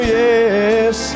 yes